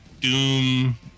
doom